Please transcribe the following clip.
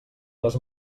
les